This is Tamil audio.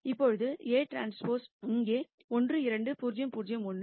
இப்போது Aᵀ இங்கே 1 2 3 0 0 1